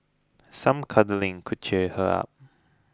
some cuddling could cheer her up